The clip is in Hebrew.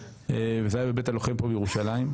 זה היה בבית הלוחם פה בירושלים,